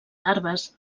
larves